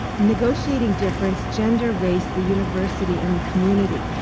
negotiating difference gender, race, the university, and the community.